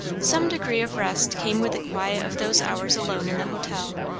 some degree of rest came with the quiet of those hours alone in the hotel.